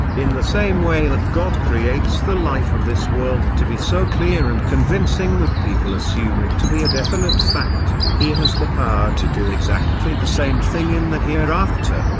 in the same way that god creates the life of this world to be so clear and convincing that people assume it to be a definite fact, he has the power to do exactly the same thing in the hereafter.